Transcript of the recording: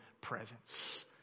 presence